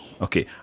Okay